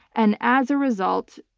and as a result.